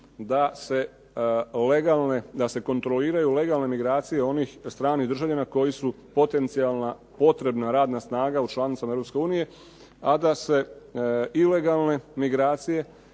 da se kontroliraju legalne migracije onih stranih državljana koji su potencijalna potrebna radna snaga u članicama Europske unije. A da se ilegalne migracije,